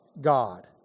God